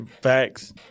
Facts